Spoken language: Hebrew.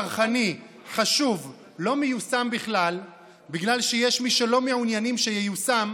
צרכני וחשוב לא מיושם בכלל בגלל שיש מי שלא מעוניינים שייושם,